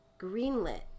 greenlit